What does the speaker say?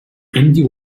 andy